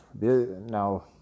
now